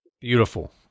Beautiful